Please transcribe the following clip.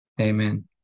Amen